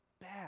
bad